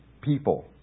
people